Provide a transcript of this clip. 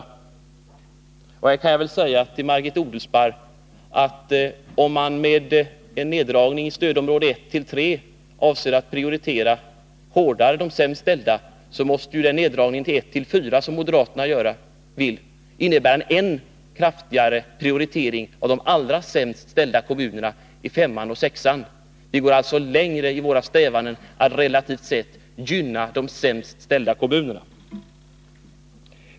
I detta sammanhang vill jag till Margit Odelsparr säga att om man med en neddragning i stödområdena 1-3 avser att hårdare prioritera de sämst ställda kommunerna, så måste ju den neddragning i fråga om stödområdena 1-4 som moderaterna vill ha innebära en ännu kraftigare prioritering av de allra sämst ställda kommunerna i stödområdena 5 och 6. Vi går alltså längre i våra strävanden att relativt sett gynna de sämst ställda kommunerna.